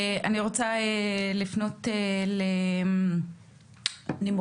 אני רוצה לפנות לנמרוד